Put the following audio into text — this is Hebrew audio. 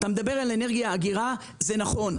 אתם מדבר על אנרגיה אגירה, וזה נכון.